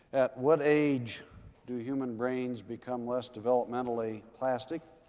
at what age do human brains become less developmentally plastic?